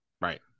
right